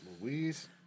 Louise